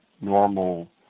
normal